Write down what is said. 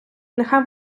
нехай